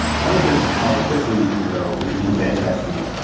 one is just how quickly you can grow because you can get investment.